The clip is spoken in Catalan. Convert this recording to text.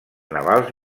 navals